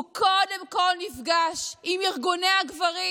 הוא קודם כול נפגש עם ארגוני הגברים,